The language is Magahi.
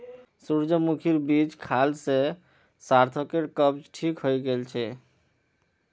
सूरजमुखीर बीज खाल से सार्थकेर कब्ज ठीक हइ गेल छेक